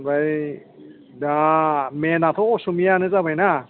ओमफाय दा मेनाथ' असमियानो जाबाय ना